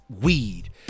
weed